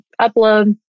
upload